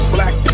Black